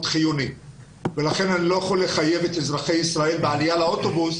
חיוני ולכן אני לא יוכל לחייב את אזרחי ישראל שבעלייה לאוטובוס